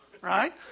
right